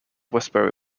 westbury